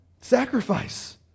Sacrifice